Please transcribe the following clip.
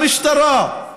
למשטרה,